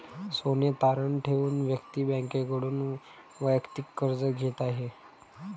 सोने तारण ठेवून व्यक्ती बँकेकडून वैयक्तिक कर्ज घेत आहे